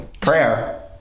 Prayer